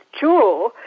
jaw